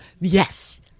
Yes